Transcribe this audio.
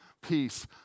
peace